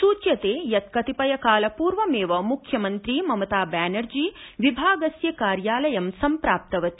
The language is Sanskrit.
सूच्यते यत कतिपयकालपुर्वमेव मुख्यमंत्री ममता बेनर्जी विभागस्य कार्यालयं सम्प्राप्तवती